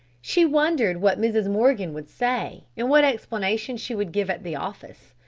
she wondered what mrs. morgan would say and what explanation she would give at the office.